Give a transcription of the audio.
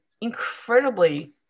incredibly